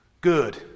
Good